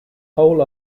whole